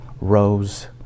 rose